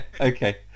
Okay